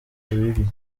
bibi